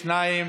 שניים.